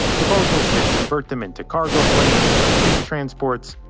proposals to convert them into cargo planes, troop transports,